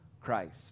Christ